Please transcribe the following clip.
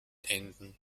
enden